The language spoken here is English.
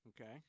Okay